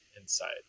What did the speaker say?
inside